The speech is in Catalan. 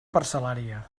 parcel·lària